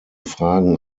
fragen